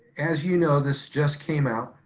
as you know, this just came out.